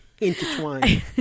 intertwined